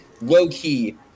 low-key